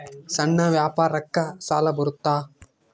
ಸಣ್ಣ ವ್ಯಾಪಾರಕ್ಕ ಸಾಲ ಬರುತ್ತಾ?